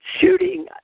shooting